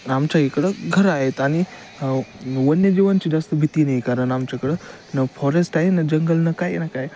आमच्या इकडं घरं आहेत आणि वन्यजीवांची जास्त भीती नाही कारण आमच्याकडं न फॉरेस्ट आहे ना जंगल ना काय ना काय